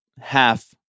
half